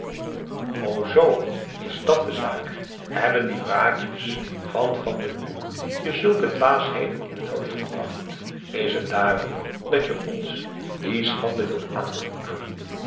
zoo is dàt de zaak hebben die praatjes van van den broek je zulke dwaasheden in het hoofd gebracht is het dààrom dat je ons die schande wilt aandoen